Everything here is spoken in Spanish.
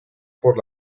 por